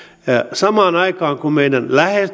samaan aikaan kun meidän